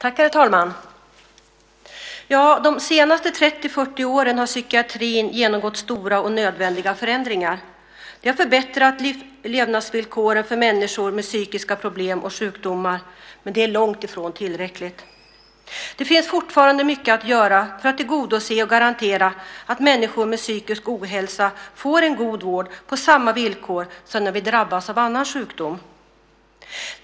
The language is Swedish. Herr talman! De senaste 30-40 åren har psykiatrin genomgått stora och nödvändiga förändringar. De har förbättrat levnadsvillkoren för människor med psykiska problem och sjukdomar, men de är långt ifrån tillräckliga. Det finns fortfarande mycket att göra för att tillgodose människor med psykisk ohälsa och garantera att de får en god vård på samma villkor som när man drabbas av annan sjukdom.